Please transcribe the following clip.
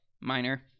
minor